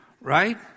right